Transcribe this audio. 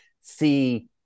see